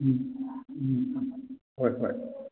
ꯎꯝ ꯎꯝ ꯍꯣꯏ ꯍꯣꯏ